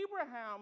Abraham